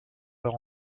leur